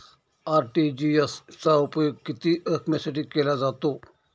RTGS चा उपयोग किती रकमेसाठी केला जातो?